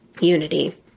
unity